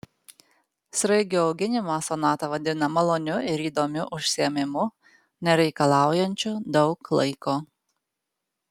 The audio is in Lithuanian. sraigių auginimą sonata vadina maloniu ir įdomiu užsiėmimu nereikalaujančiu daug laiko